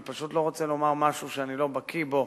אני פשוט לא רוצה לומר משהו שאני לא בקי בו.